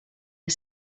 are